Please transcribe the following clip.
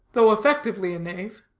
though effectively a knave.